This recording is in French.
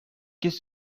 qu’est